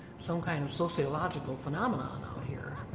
some kind of sociological phenomenon here.